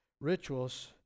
rituals